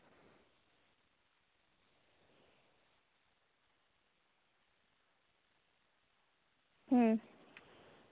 ᱦᱩᱸ